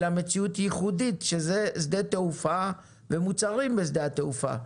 אלא מציאות ייחודית שזה שדה תעופה ומוצרים בשדה התעופה.